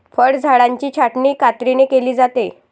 फळझाडांची छाटणी कात्रीने केली जाते